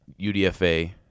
UDFA